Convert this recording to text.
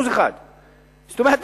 1%. זאת אומרת,